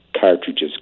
cartridges